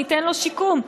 ניתן לו שיקום.